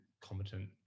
competent